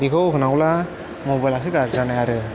बिखौ होनांगौब्ला मबाइलासो गाज्रि जानाय आरो